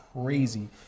crazy